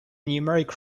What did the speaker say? numeric